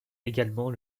également